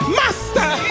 master